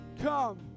Come